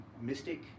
Mystic